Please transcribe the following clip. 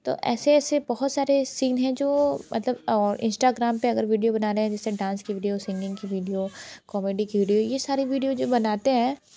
तो ऐसे ऐसे बहुत सारे सीन है जो मतलब और इंस्टाग्राम पर अगर वीडियो बना रहे हैं जिससे डांस की वीडियो सिंगिंग की वीडियो कॉमेडी की वीडियो यह सारी वीडियो जो बनाते हैं